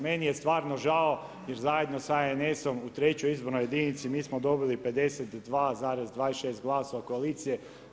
Meni je stvarno žao jer zajedno sa HNS-om u Trećoj izbornoj jedinici mi smo dobili 52,26 glasova koalicije.